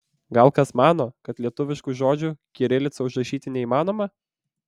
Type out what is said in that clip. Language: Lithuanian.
gal kas mano kad lietuviškų žodžių kirilica užrašyti neįmanoma